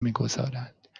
میگذارند